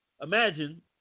Imagine